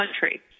country